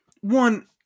one